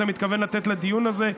אתה מתכוון לתת לדיון הזה.